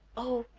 oh,